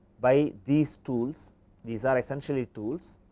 by these tools these are essentially tools,